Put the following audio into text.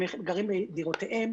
הם גרים בדירותיהם.